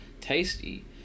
tasty